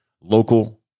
local